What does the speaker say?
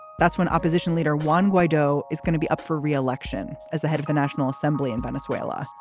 that's when opposition leader one whydo is gonna be up for re-election as the head of the national assembly in venezuela.